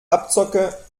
abzocke